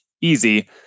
easy